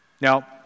Now